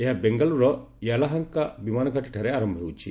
ଏହା ବେଙ୍ଗାଲୁରୁର ୟେଲାହାଙ୍କା ବିମାନଘାଟି ଠାରେ ଆରମ୍ଭ ହେଉଛି